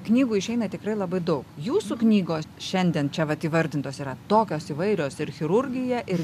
knygų išeina tikrai labai daug jūsų knygos šiandien čia vat įvardintos yra tokios įvairios ir chirurgija ir